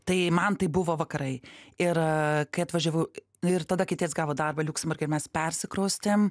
tai man tai buvo vakarai ir kai atvažiavau nu ir tada kai tėtis gavo darbą liuksemburge mes persikraustėm